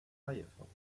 firefox